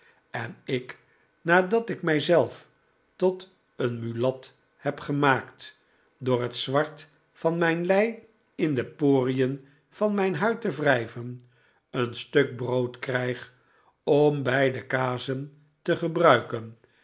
en ik nadat ik mij zelf tot een mulat neb gemaakt door het zwart van mijn lei in de porien van mijn huid te wrijven een stuk brood krijg om bij de kazen te gebruiken